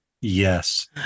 Yes